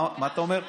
מה אתה אומר?